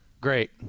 Great